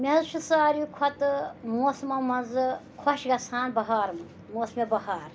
مےٚ حظ چھُ ساروی کھۄتہٕ موسمو منٛزٕ خۄش گژھان بہار موسمہِ بہار